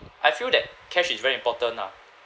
I feel that cash is very important ah